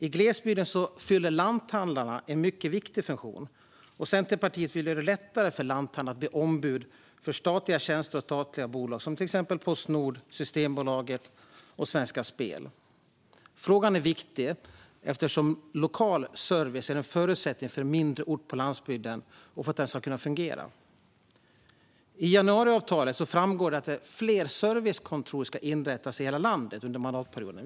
I glesbygden fyller lanthandlarna en mycket viktig funktion. Centerpartiet vill göra det lättare för lanthandlare att bli ombud för statliga tjänster och statliga bolag, till exempel Postnord, Systembolaget och Svenska Spel. Frågan är viktig eftersom lokal service är en förutsättning för att en mindre ort på landsbygden ska kunna fungera. I januariavtalet framgår att fler servicekontor ska inrättas i hela landet under mandatperioden.